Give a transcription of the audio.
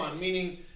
meaning